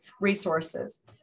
resources